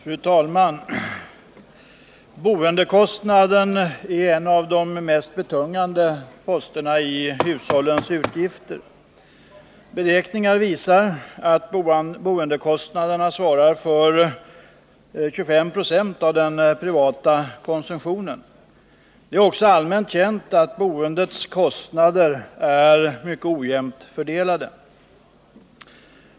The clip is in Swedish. Fru talman! Boendekostnaden är en av de mest betungande posterna i hushållens utgifter. Beräkningar visar att boendekostnaderna svarar för 25 96 av den privata konsumtionen. Det är också allmänt känt att boendets kostnader är mycket ojämnt fördelade.